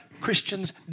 Christians